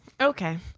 Okay